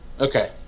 Okay